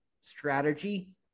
strategy